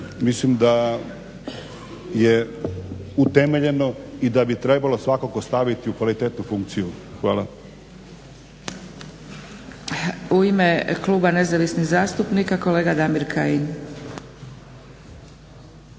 mislim da je utemeljeno i da bi trebalo svakako staviti u kvalitetnu funkciju. Hvala.